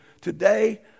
Today